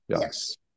yes